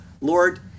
Lord